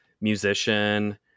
musician